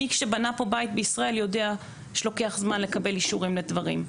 מי שבנה פה בית ישראל יודע שלוקח זמן לקבל אישורים לדברים.